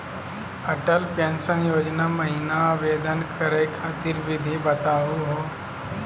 Atal pension योजना महिना आवेदन करै खातिर विधि बताहु हो?